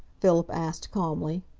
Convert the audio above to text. philip asked calmly.